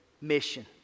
mission